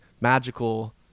magical